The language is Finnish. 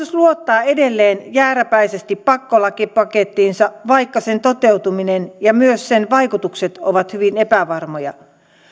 luottaa edelleen jääräpäisesti pakkolakipakettiinsa vaikka sen toteutuminen ja myös sen vaikutukset ovat hyvin epävarmoja